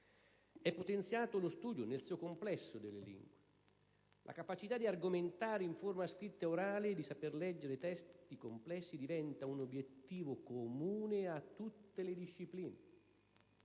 È potenziato nel suo complesso lo studio delle lingue. La capacità di argomentare in forma scritta e orale e di saper leggere i testi complessi diventa un obiettivo comune a tutte le discipline.